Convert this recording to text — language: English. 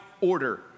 order